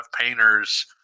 Painter's